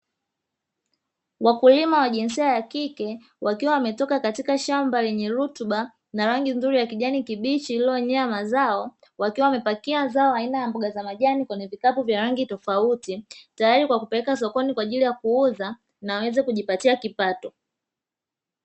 Wakulima wa jinsia ya kike, wakiwa wametoka katika shamba lenye rutuba na rangi nzuri ya kijani kibichi iliyojaa mazao, wakiwa wamepakia zao aina ya mboga za majani kwenye vikapu vya rangi tofauti, tayari kwa kupeleka sokoni kwa ajili ya kuuza na waweze kujipatia kipato.